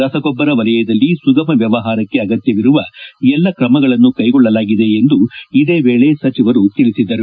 ರಸಗೊಬ್ಬರ ವಲಯದಲ್ಲಿ ಸುಗಮ ವ್ಯವಹಾರಕ್ಕೆ ಅಗತ್ಯವಿರುವ ಎಲ್ಲಾ ಕ್ರಮಗಳನ್ನು ಕೈಗೊಳ್ಳಲಾಗಿದೆ ಎಂದು ಇದೇ ವೇಳೆ ಸಚಿವರು ತಿಳಿಸಿದರು